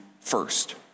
first